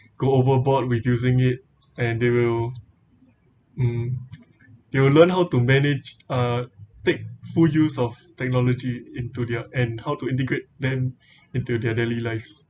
go overboard reducing it and they will they will learn how to manage uh take full use of technology into their and how to integrate them into their daily lives